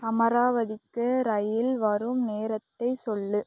அமராவதிக்கு rail வரும் நேரத்தைச் சொல்